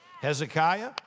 Hezekiah